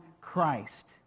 Christ